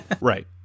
Right